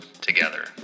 together